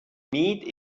meet